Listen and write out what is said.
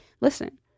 listen